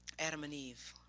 adam and eve.